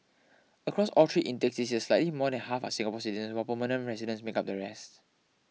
across all three intakes this year slightly more than half are Singapore citizens while permanent residents make up the rest